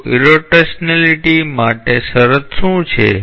તો ઇરોટેશનલીટી માટે શરત શું છે